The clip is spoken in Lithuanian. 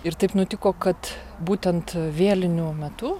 ir taip nutiko kad būtent vėlinių metu